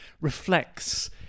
reflects